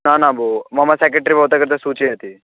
न न भो मम सेकेट्रि भवतः कृते सूचयति